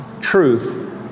truth